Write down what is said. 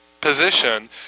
position